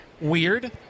Weird